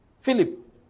Philip